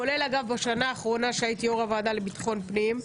כולל בשנה האחרונה שהייתי יושבת-ראש הוועדה לביטחון פנים.